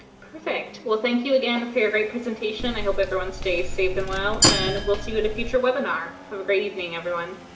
perfect. we'll thank you again for your great presentation. i hope everyone stays safe and well. and we'll see you at a future webinar. have a great evening, everyone.